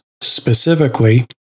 specifically